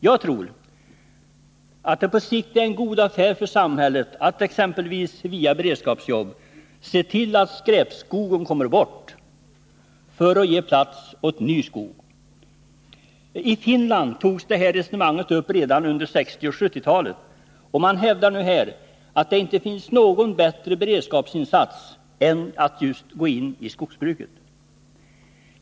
Jag tror att det på sikt är en god affär för samhället att, exempelvis genom beredskapsjobb, se till att skräpskogen kommer bort för att ge plats åt ny skog. I Finland togs det här resonemanget upp redan under 1960 och 1970-talen, och man hävdade där att det inte finns någon bättre beredskapsinsats än att gå in i skogsbruket.